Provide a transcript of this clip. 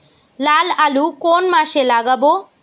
লাল আলু কোন মাসে লাগাব?